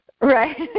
Right